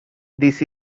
this